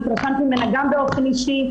והתרשמתי ממנה גם באופן אישי,